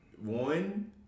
One